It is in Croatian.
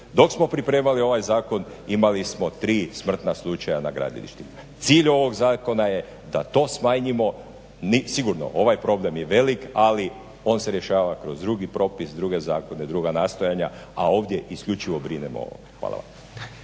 dok smo pripremali ovaj zakon imali smo tri smrtna slučaja na gradilištima. Cilj ovog zakona je da to smanjimo i sigurno ovaj problem je velik, ali on se rješava kroz drugi propisa, druge zakone, druga nastojanja, a ovdje isključivo brinemo o ovome. Hvala vam.